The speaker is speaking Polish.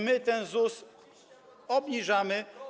My ten ZUS obniżamy.